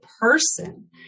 person